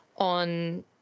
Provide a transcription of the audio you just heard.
on